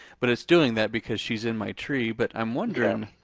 but it's doing that because she's in my tree, but i'm wondering